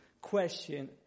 question